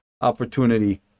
opportunity